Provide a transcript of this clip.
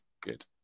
good